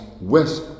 west